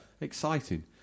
Exciting